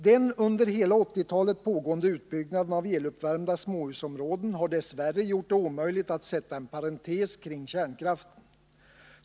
Den under hela 80-talet pågående utbyggnaden av eluppvärmda småhusområden har dessvärre gjort det omöjligt att sätta en parentes kring kärnkraften.